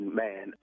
man